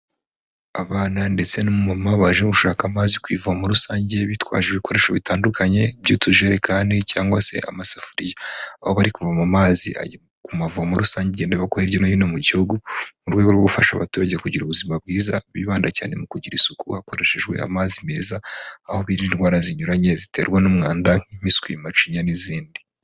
Abana ndetse n'umumama baje gushaka amazi ku ivomo rusange, bitwaje ibikoresho bitandukanye by'utujerekani, cyangwa se amasafuriya. Aho bari kuvoma amazi ku mavomo rusange agenda aba hirya no hino mu gihugu, mu rwego rwo gufasha abaturage kugira ubuzima bwiza, bibanda cyane mu kugira isuku hakoreshejwe amazi meza, aho birinda indwara zinyuranye ziterwa n'umwanda nk'imipiswi, macinya, n'izindi.